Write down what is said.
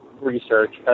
research